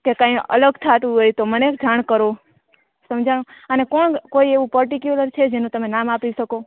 કે કાંઇ અલગ થાતું હોય તો મને જાણ કરો સમજાયું અને કોણ કોઈ એવું કોઈ પર્ટિક્યુલર છે જેનું તમે નામ આપી શકો